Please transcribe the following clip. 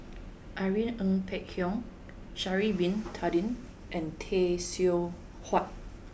irene Ng Phek Hoong Sha'ari bin Tadin and Tay Seow Huah